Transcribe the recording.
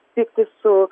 tiktai su